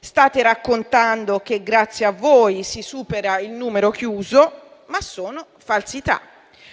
State raccontando che grazie a voi si supera il numero chiuso, ma sono falsità.